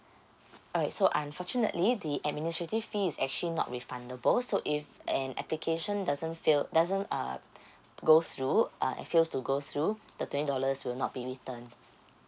alright so unfortunately the administrative fee is actually not refundable so if an application doesn't fail doesn't uh go through uh it fails to go through the twenty dollars will not be returned